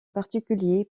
particulier